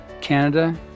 Canada